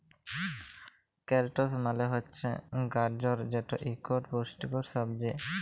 carrots মালে হছে গাজর যেট ইকট পুষ্টিকর সবজি